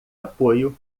apoio